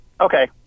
Okay